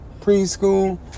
Preschool